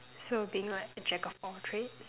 so being like reject of all trade